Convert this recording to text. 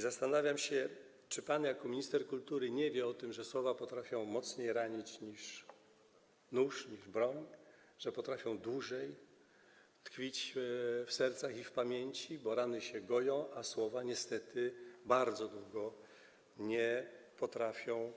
Zastanawiam się, czy pan jako minister kultury nie wie o tym, że słowa potrafią mocniej ranić niż nóż lub broń, że potrafią dłużej tkwić w sercach i w pamięci, bo rany się goją, a słowa niestety bardzo długo pozostają